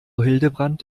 hildebrand